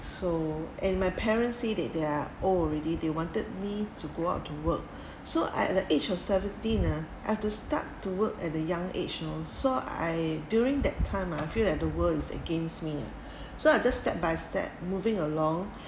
so and my parents say that they are old already they wanted me to go out to work so at the age of seventeen ah I have to start to work at the young age you know so I during that time ah I feel that the world is against me so I just step by step moving along